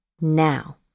now